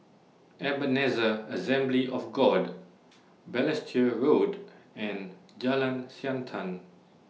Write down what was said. Ebenezer Assembly of God Balestier Road and Jalan Siantan